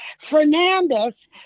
Fernandez